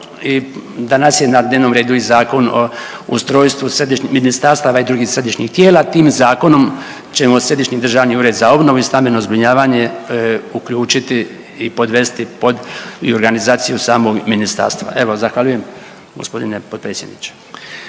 i danas je na dnevnom redu i Zakon o ustrojstvu ministarstava i drugih središnjih tijela tim zakonom ćemo Središnji državni ured za obnovu i stambeno zbrinjavanje uključiti i podvesti pod i organizaciju samog ministarstva. Evo zahvaljujem g. potpredsjedniče.